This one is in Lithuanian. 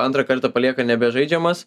antrą kartą palieka nebežaidžiamas